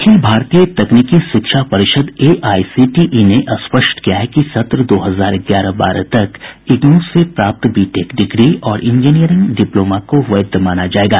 अखिल भारतीय तकनीकी शिक्षा परिषद एआईसीटीई ने स्पष्ट किया है कि सत्र दो हजार ग्यारह बारह तक इग्नू से प्राप्त बीटेक डिग्री और इंजीनियरिंग डिप्लोमा को वैध माना जायेगा